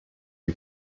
nie